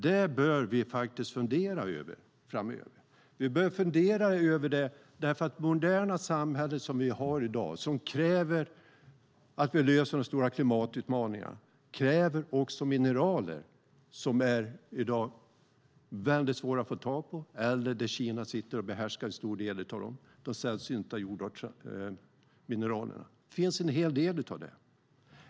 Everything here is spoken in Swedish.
Det bör vi faktiskt fundera över framöver, för det moderna samhälle som vi har i dag och som kräver att vi löser de stora klimatutmaningarna kräver också mineraler som i dag är väldigt svåra att få tag på, och en stor del av de sällsynta jordartsmineralerna sitter Kina på.